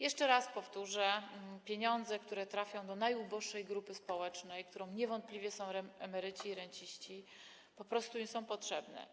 Jeszcze raz powtórzę: pieniądze, które trafią do najuboższej grupy społecznej, którą niewątpliwie są emeryci i renciści, po prostu są im potrzebne.